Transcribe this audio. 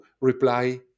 reply